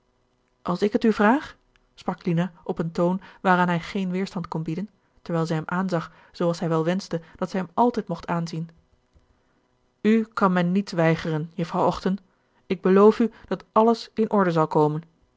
als ik het u vraag sprak lina op een toon waaraan hij geen weerstand kon bieden terwijl zij hem aanzag zoo als hij wel wenschte dat zij hem altijd mocht aanzien u kan men niets weigeren jufvrouw ochten ik beloof u dat alles in orde zal komen